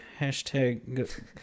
Hashtag